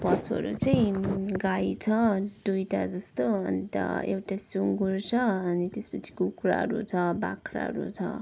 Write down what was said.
पशुहरू चाहिँ गाई छ दुइटा जस्तो अन्त एउटा सुँगुर छ अनि त्यसपछि कुखुराहरू छ बाख्राहरू छ